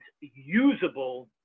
usable